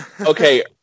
Okay